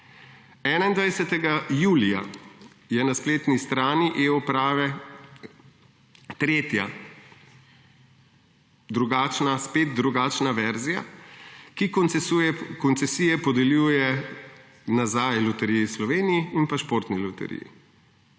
21. julija je na spletni strani eUprave tretja, spet drugačna verzija, ki koncesije podeljuje nazaj Loteriji Slovenije in Športni loteriji,